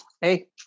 hey